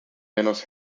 menos